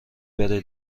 بره